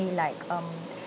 say like um